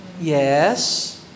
Yes